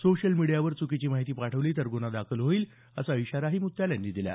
social मीडियावर च्कीची माहिती पाठवली तर गुन्हा दाखल होईल असा इशाराही मुत्याल यांनी दिला